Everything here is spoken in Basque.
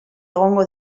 egongo